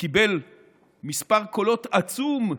קיבל מספר קולות עצום,